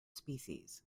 species